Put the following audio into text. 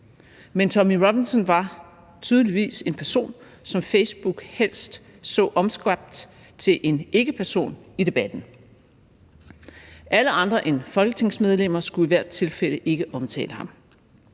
Men Tommy Robinson var tydeligvis en person, som Facebook helst så omskabt til en ikkeperson i debatten. Alle andre end folketingsmedlemmer skulle i hvert tilfælde ikke omtale ham.